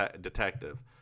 detective